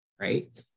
right